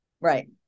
Right